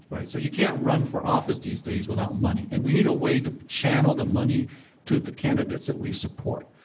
right? so you can't run for office these days without money. and we need a way to channel the money to the candidates that we support.